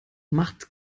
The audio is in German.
macht